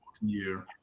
year